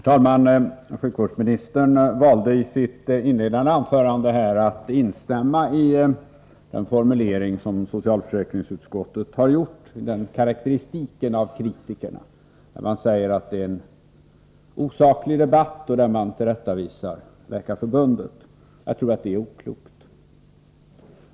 Herr talman! I sitt inledande anförande valde sjukvårdsministern att instämma i den formulering som socialförsäkringsutskottet har gjort i karakteristiken av kritikerna. Utskottet säger där att debatten är osaklig, och man tillrättavisar Läkarförbundet. Jag tror att det är oklokt.